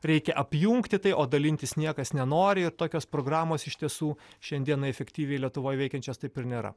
reikia apjungti tai o dalintis niekas nenori ir tokios programos iš tiesų šiandien efektyviai lietuvoje veikiančias taip ir nėra